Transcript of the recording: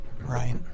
Right